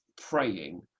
praying